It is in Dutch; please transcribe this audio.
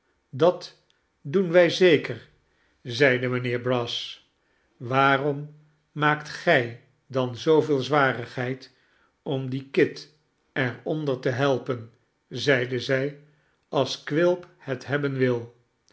dat doen wij zeker zeide mijnheer brass waarom maakt gij dan zooveel zwarigheid om dien kit er onder te helpen zeide zij als quilp het hebben wil